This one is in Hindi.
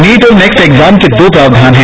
नीट और नेक्स्ट एग्जाम के दो प्रावधान हैं